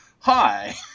hi